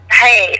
hey